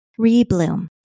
ReBloom